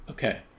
Okay